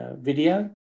video